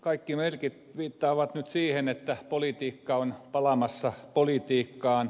kaikki merkit viittaavat nyt siihen että politiikka on palaamassa politiikkaan